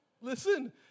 Listen